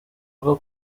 rwo